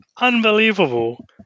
unbelievable